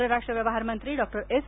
परराष्ट्र व्यवहार मंत्री डॉ एस